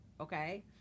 okay